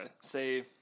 say